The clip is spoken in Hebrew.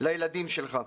לילדים שלך.